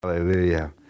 Hallelujah